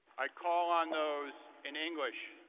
i call on those in english,